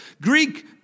Greek